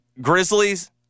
Grizzlies